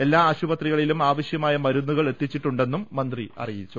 എല്ലാ ആശുപത്രികളിലും ആവശ്യമായ മരുന്നുകൾ എത്തിച്ചിട്ടുണ്ടെന്ന് മന്ത്രി അറിയിച്ചു